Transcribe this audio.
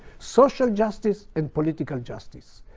social justice and political justice.